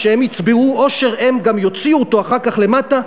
כשהם יצברו עושר הם גם יוציאו אותו אחר כך למטה,